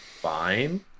fine